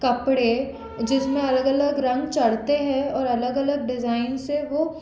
कपड़े जिस में अलग अलग रंग चढ़ते हैं और अलग अलग डिज़ाइंस से वो